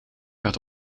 werd